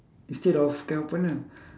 instead of can opener